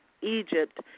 Egypt